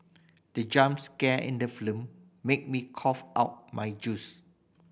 the jump scare in the made me cough out my juice